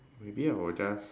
maybe I will just